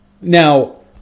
Now